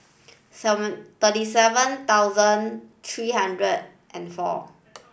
seven thirty seven thousand three hundred and four